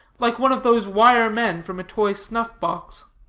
like one of those wire men from a toy snuff-box.